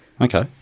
Okay